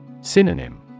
Synonym